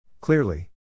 Clearly